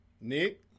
Nick